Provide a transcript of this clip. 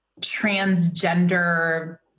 transgender